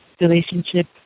relationship